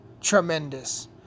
Tremendous